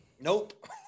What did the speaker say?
Nope